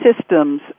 systems